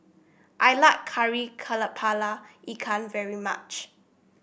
I like Kari kepala Ikan very much